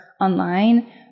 online